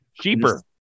Cheaper